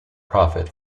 profit